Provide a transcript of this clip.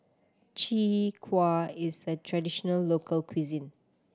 Chwee Kueh is a traditional local cuisine